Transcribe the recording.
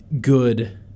good